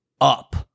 up